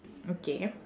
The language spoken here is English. okay